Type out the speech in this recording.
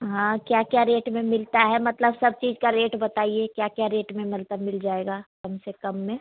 हाँ क्या क्या रेट में मिलता है मतलब सब चीज का रेट बताइए क्या क्या रेट में मलतब मिल जाएगा कम से कम में